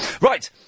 Right